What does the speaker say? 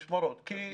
משמרות, כן.